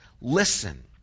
Listen